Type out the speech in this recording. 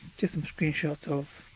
just some screenshots of.